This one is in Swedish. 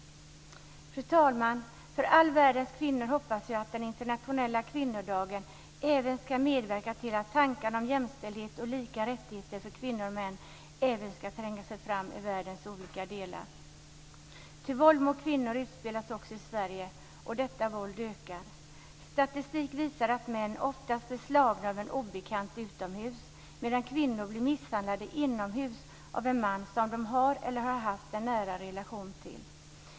Fru talman! För all världens kvinnor hoppas jag att den internationella kvinnodagen även ska medverka till att tankarna om jämställdhet och lika rättigheter för kvinnor och män även ska tränga sig fram i världens olika delar, ty våld mot kvinnor utspelas också i Sverige och detta våld ökar. Statistik visar att män oftast blir slagna av en obekant utomhus, medan kvinnor blir misshandlade inomhus av en man som de har eller har haft en nära relation till.